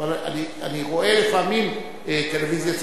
אני רואה לפעמים טלוויזיה צרפתית.